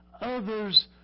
others